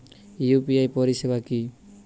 UPI পরিসেবা কি?